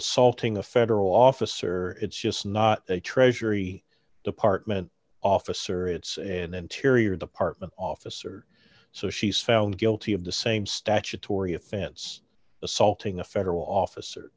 assaulting a federal officer it's just not a treasury department officer it's an interior department officer so she's found guilty of the same statutory offense assaulting a federal officer